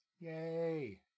Yay